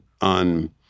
on